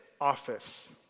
office